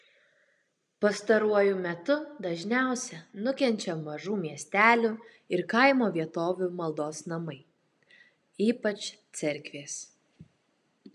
pastaruoju metu dažniausia nukenčia mažų miestelių ir kaimo vietovių maldos namai ypač cerkvės